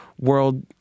world